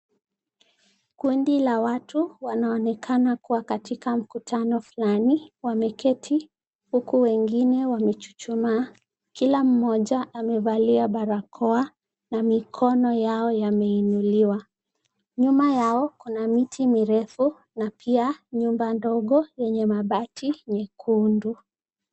Kundi la watu wanaonekana kuwa katika mkutano fulani, wameketi huku wengine wamechuchumaa, kila mmoja amevalia barakoa na mikono yao yameinuliwa, nyuma yao kuna miti mirefu na pia nyumba ndogo yenye mabati nyekundu.